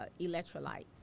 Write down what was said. electrolytes